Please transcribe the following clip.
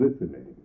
listening